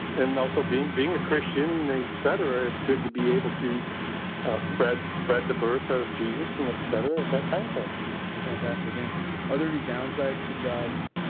and also being being a christian and et cetera it's good to be able to spread spread the birth of jesus and et cetera at that timeframe well, fantastic and are there any downside with the job?